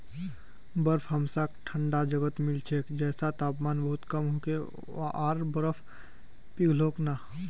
बर्फ हमसाक ठंडा जगहत मिल छेक जैछां तापमान बहुत कम होके आर बर्फ पिघलोक ना